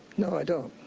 no, i don't.